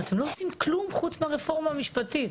אתם לא עושים כלום חוץ מהרפורמה המשפטית.